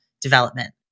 development